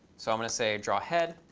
so i'm going to say, draw head.